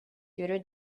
future